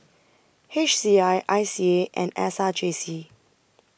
H C I I C A and S R J C